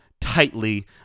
tightly